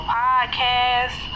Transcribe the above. podcast